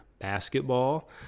basketball